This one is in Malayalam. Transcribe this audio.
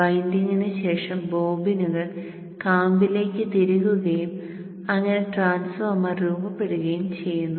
വിൻഡിംഗിന് ശേഷം ബോബിനുകൾ കാമ്പിലേക്ക് തിരുകുകയും അങ്ങനെ ട്രാൻസ്ഫോർമർ രൂപപ്പെടുകയും ചെയ്യുന്നു